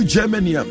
Germany